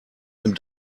dem